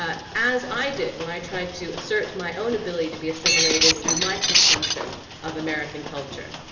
ah as i did when i tried to assert my own ability to be assimilated through my consumption of american culture.